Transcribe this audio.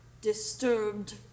disturbed